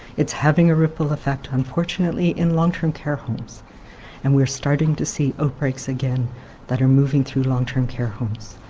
it's having a ripple effect unfortunately in long-term care homes and we are starting to see outbreaks again that are moving through long-term care homes.